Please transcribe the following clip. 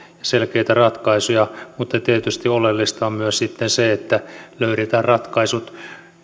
selkeitä ratkaisuja mutta tietysti oleellista on sitten myös se että löydetään ratkaisut